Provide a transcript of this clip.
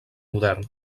modern